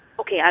okay